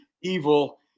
evil